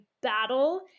battle